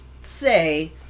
say